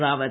Rawat